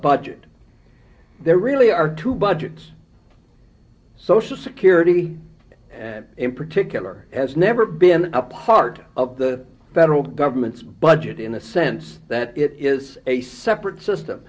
budget there really are two budgets social security in particular has never been a part of the federal government's budget in the sense that it is a separate system